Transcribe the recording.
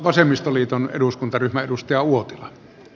vasemmistoliiton eduskuntaryhmän edustaja uotila a